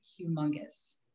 humongous